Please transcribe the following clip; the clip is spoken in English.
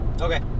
Okay